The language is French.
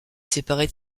séparée